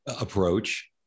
approach